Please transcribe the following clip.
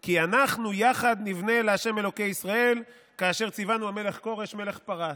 כי אנחנו יחד נבנה לשם אלהי ישראל כאשר צִוָנוּ המלך כורש מלך פרס".